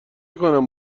کنم